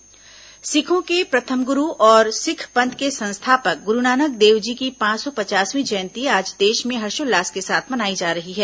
गुरूनानक जयंती सिखों के प्रथम ग्रु और सिख पंथ के संस्थापक ग्रुनानक देव जी की पांच सौ पचासवीं जयंती आज देश में हर्षोल्लास के साथ मनाई जा रही है